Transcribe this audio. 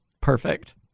Perfect